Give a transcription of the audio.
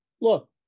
look